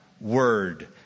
Word